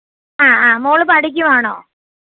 ആ ആ മോള് പഠിക്കുവാണോ